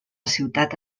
ciutat